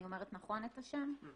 גם